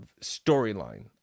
storyline